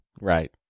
Right